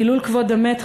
חילול כבוד המת,